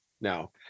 now